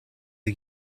are